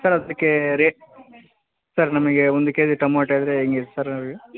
sir ಅದ್ಕೆ rate sir ನಮಗೆ ಒಂದು ಕೆ ಜಿ ಟಮೋಟ ಆದರೆ ಹೆಂಗಿರತ್ತೆ ಸರ್ ಇವಾಗ